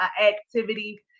activity